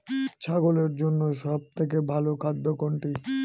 ছাগলের জন্য সব থেকে ভালো খাদ্য কোনটি?